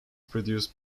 produced